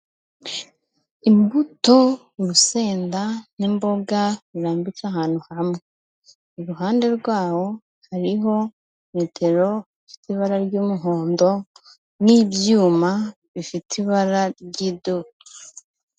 Imbuto urusenda n'imboga rurambitse ahantu hamwe, iruhande rwawo hariho metero z'ibara ry'umuhondo n'ibyuma bifite ibara ry'iduka.